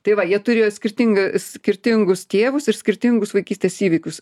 tai va jie turėjo skirtingą skirtingus tėvus ir skirtingus vaikystės įvykius